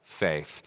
faith